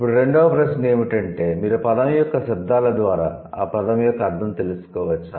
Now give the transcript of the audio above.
ఇప్పుడు రెండవ ప్రశ్న ఏమిటంటే మీరు పదం యొక్క శబ్దాల ద్వారా ఆ పదం యొక్క అర్ధం తెలుసుకోవచ్చా